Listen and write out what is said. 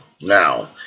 now